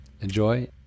Enjoy